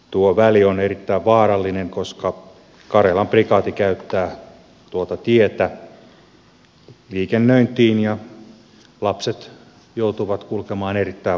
tuo väli on erittäin vaarallinen koska karjalan prikaati käyttää tuota tietä liikennöintiin ja lapset joutuvat kulkemaan erittäin vaarallista reittiä